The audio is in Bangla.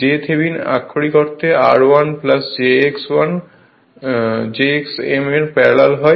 j থেভনিন আক্ষরিক অর্থে r1 jx1 jx m এর প্যারালাল হয়